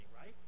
right